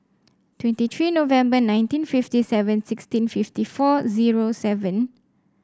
twenty three November nineteen fifty seven sixteen fifty four zero seven